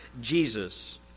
Jesus